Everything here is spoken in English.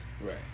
Right